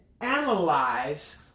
analyze